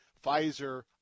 Pfizer